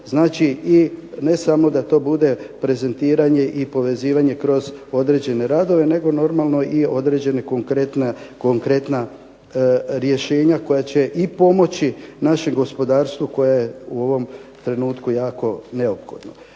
Znači, i ne samo da to bude prezentiranje i povezivanje kroz određene radove nego normalno i određene konkretna rješenja koja će i pomoći našem gospodarstvu koje je u ovom trenutku jako neophodno.